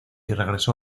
regresó